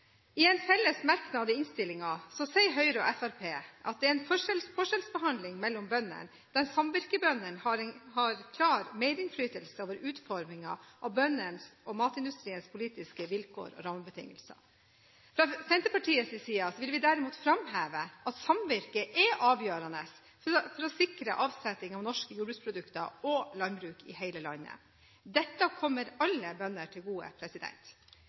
I en felles merknad i innstillingen sier Høyre og Fremskrittspartiet at det er en forskjellsbehandling mellom bøndene «der samvirkebøndene har klart merinnflytelse over utformingen av bøndenes og matindustriens politiske kår og rammebetingelser». Fra Senterpartiets side vil vi derimot framheve at samvirket er avgjørende for å sikre avsetning av norske jordbruksprodukter og landbruk i hele landet. Dette kommer alle bønder til gode.